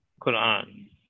Quran